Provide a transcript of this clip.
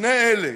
שני אלו,